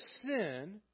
sin